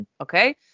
okay